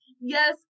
Yes